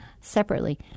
separately